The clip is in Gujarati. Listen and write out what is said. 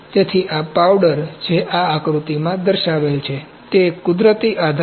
તેથી આ પાઉડર જે આ આકૃતિમાં દર્શાવેલ છે તે કુદરતી આધાર છે